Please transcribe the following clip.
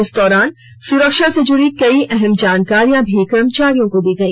इस दौरान सुरक्षा से जुड़ी कई अहम जानकारियां भी कर्मचारियों को दी गई